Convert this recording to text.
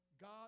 God